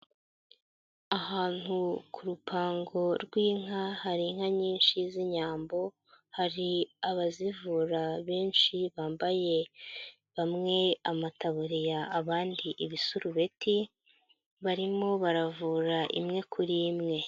Ahantu ku rupango rw'inka hari inka nyinshi z'inyambo, hari abazivura benshi bambaye bamwe amataburiya abandi ibisurubeti, barimo baravura imwe kuri imwe.